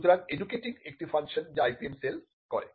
সুতরাং এডুকেটিং একটি function function যা IPM সেল করে